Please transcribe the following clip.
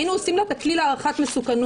היינו עושים לה את הכלי להערכת מסוכנות